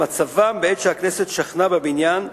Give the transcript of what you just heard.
למצבם בעת שהכנסת שכנה בבניין,